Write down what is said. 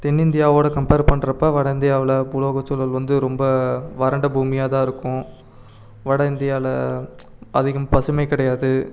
தென்னிந்தியாவோடு compare பண்ணுறப்ப வட இந்தியாவில் பூலோகச்சூழல் வந்து ரொம்ப வறண்ட பூமியாக தான் இருக்கும் வட இந்தியாவில் அதிகம் பசுமை கிடையாது